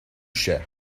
cher